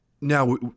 now